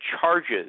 charges